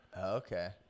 Okay